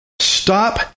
stop